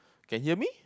can hear me